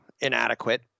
inadequate